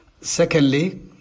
Secondly